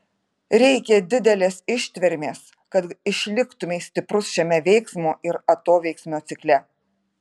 reikia didelės ištvermės kad išliktumei stiprus šiame veiksmo ir atoveiksmio cikle